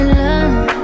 love